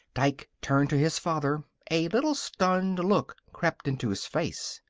dike turned to his father. a little stunned look crept into his face.